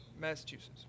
Massachusetts